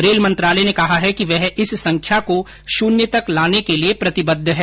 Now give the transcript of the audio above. rail मंत्रालय ने कहा है कि वह इस संख्या को शून्य तक लाने के लिए प्रतिबद्व है